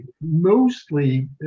mostly